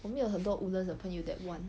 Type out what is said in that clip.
我没有很多 woodlands 的朋友 that 玩